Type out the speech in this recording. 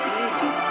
easy